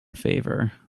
favor